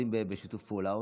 או שעובדים בשיתוף פעולה,